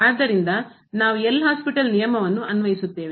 ಆದ್ದರಿಂದ ನಾವು L hospital ನಿಯಮವನ್ನು ಅನ್ವಯಿಸುತ್ತೇವೆ